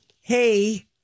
hey